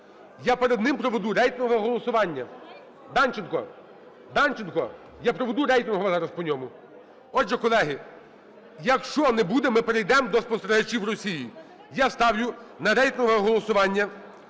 Я перед ним проведу рейтингове голосування. Данченко! Данченко! Я проведу рейтингове зараз по ньому. Отже, колеги, якщо не буде, ми перейдемо до спостерігачів з Росії. Я ставлю на рейтингове голосування